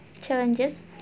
challenges